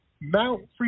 Mount